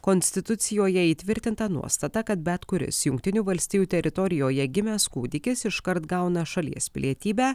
konstitucijoje įtvirtinta nuostata kad bet kuris jungtinių valstijų teritorijoje gimęs kūdikis iškart gauna šalies pilietybę